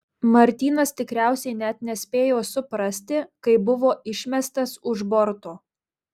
martynas tikriausiai net nespėjo suprasti kai buvo išmestas už borto